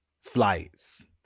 flights